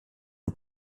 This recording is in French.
aux